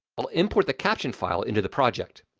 i'll import the caption file into the project.